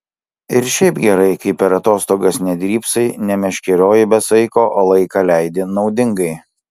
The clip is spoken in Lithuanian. ir šiaip gerai kai per atostogas nedrybsai nemeškerioji be saiko o laiką leidi naudingai